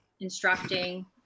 instructing